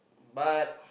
but